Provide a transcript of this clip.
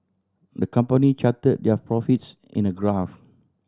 the company charted their profits in a graph